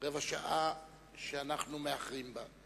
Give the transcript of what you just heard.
רבע שעה שאנחנו מאחרים בה.